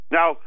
Now